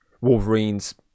Wolverine's